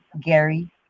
Gary